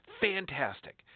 Fantastic